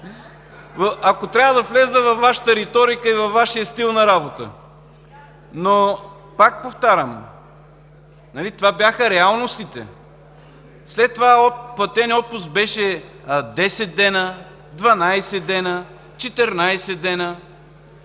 ако трябва да вляза във Вашата реторика и Вашия стил на работа. Но, пак повтарям, това бяха реалностите. След това платеният отпуск беше 10 дни, 12 дни, 14 дни,